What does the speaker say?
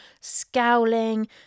scowling